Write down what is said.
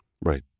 Right